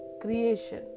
Creation